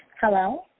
Hello